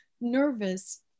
nervous